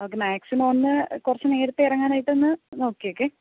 മാക്സിമമൊന്ന് കുറച്ച് നേരത്തേ ഇറങ്ങാനായിട്ടൊന്ന് നോക്ക്യേക്കെ